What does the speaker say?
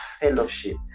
fellowship